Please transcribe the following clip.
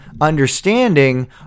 understanding